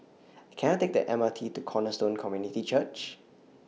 Can I Take The M R T to Cornerstone Community Church